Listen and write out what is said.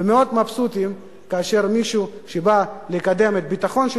ומאוד מבסוטים כאשר מישהו שבא לקדם את הביטחון של